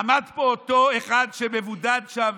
עמד פה אותו אחד שמבודד שם,